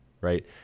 right